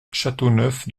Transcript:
châteauneuf